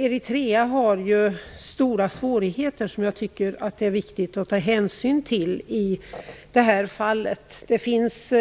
Eritrea har stora svårigheter som jag tycker att det är viktigt att ta hänsyn till i det här fallet. Det finns